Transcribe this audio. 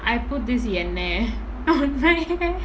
I put this எண்ணெய்:ennai